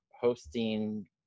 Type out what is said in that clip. hosting